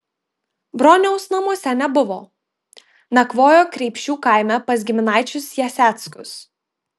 broniaus namuose nebuvo nakvojo kreipšių kaime pas giminaičius jaseckus